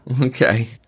Okay